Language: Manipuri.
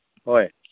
ꯍꯣꯏ